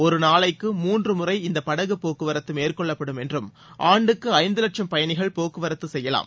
ஒரு நாளைக்கு மூன்று முறை இந்த படகு போக்குவரத்து மேற்கொள்ளப்படும் என்றும் ஆண்டுக்கு ஐந்து லட்சம் பயணிகள் போக்குவரத்து செய்யலாம்